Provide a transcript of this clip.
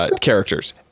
characters